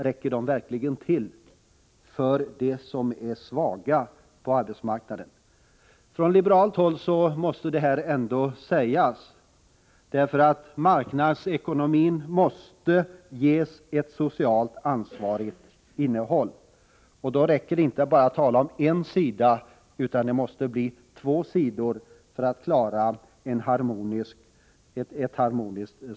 Räcker de verkligen till för dem som är svaga på arbetsmarknaden? Från liberalt håll måste detta sägas, eftersom vi måste ta ansvar för att marknadsekonomin ges ett socialt innehåll. Det räcker inte att bara tala om en sida av samhället, utan det måste handla om två sidor för att samhället skall bli harmoniskt.